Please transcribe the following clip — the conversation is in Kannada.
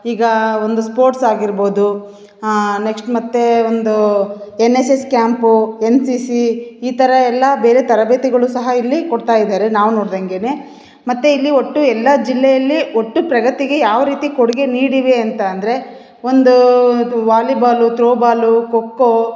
ಈಗ ಒಂದು ಸ್ಪೋರ್ಟ್ಸ್ ಆಗಿರ್ಬೋದು ನೆಕ್ಸ್ಟ್ ಮತ್ತೆ ಒಂದು N S S camp N C C ಈ ತರಹ ಎಲ್ಲ ಬೇರೆ ತರಬೇತಿಗಳು ಸಹ ಇಲ್ಲಿ ಕೊಡ್ತಾಯಿದ್ದಾರೆ ನಾವು ನೋಡಿದಂಗೆ ಮತ್ತೆ ಇಲ್ಲಿ ಒಟ್ಟು ಎಲ್ಲ ಜಿಲ್ಲೆಯಲ್ಲಿ ಒಟ್ಟು ಪ್ರಗತಿಗೆ ಯಾವ ರೀತಿ ಕೊಡುಗೆ ನೀಡಿವೆ ಅಂತ ಅಂದರೆ ಒಂದು volleyball throw ball kho kho